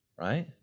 right